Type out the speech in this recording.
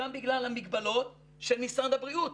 גם בגלל המגבלות של משרד הבריאות.